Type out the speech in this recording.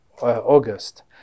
August